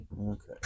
Okay